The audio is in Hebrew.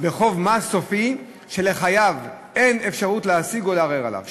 מס סופי שלחייב אין עוד אפשרות להשיג או לערער עליו,